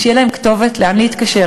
שתהיה להם כתובת לאן להתקשר,